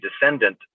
descendant